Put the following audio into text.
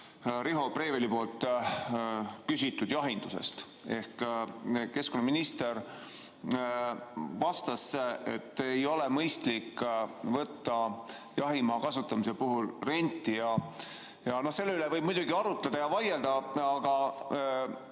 Riho Breiveli küsitud jahindusest. Keskkonnaminister vastas, et ei ole mõistlik võtta jahimaa kasutamise puhul renti. No selle üle võib muidugi arutada ja vaielda, aga